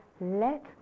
let